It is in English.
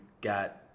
got